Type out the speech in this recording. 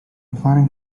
planning